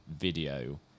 video